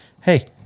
hey